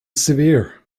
severe